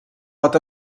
pot